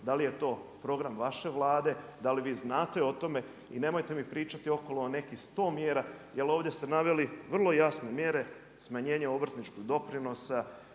dal i je to program vaše Vlade, da li vi znate o tome i nemojte mi pričati okolo o nekih 100 mjera jer ovdje ste naveli vrlo jasne mjere, smanjenje obrtničkog doprinosa,